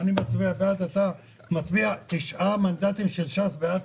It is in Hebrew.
אני מצביע בעד ואתה מצביע תשעה מנדטים של ש"ס בעד.